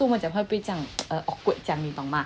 so 我们讲话不会这样 awkward 这样你懂吗